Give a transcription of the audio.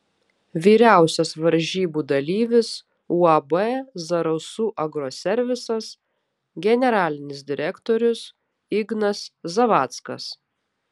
vyriausias varžybų dalyvis uab zarasų agroservisas generalinis direktorius ignas zavackas